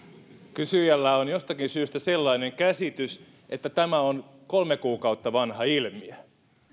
kysyjällä on jostakin syystä sellainen käsitys että tämä on kolme kuukautta vanha ilmiö